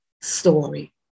story